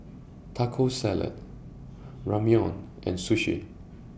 Taco Salad Ramyeon and Sushi